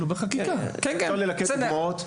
אפשר ללקט דוגמאות.